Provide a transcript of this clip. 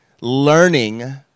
learning